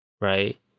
Right